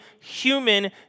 human